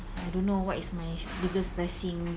I don't know what is my biggest blessing